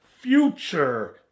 future